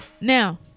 now